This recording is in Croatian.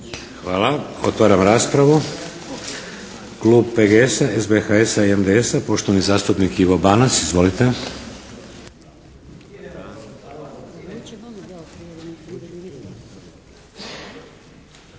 Hvala. Otvaram raspravu. Klub PGS-a, SBHS-a i MDS-a poštovani zastupnik Ivo Banac. Izvolite!